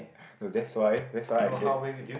no that's why that's why I said